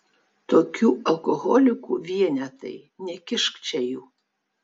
tokių alkoholikų vienetai nekišk čia jų